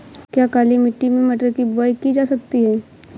क्या काली मिट्टी में मटर की बुआई की जा सकती है?